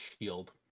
shield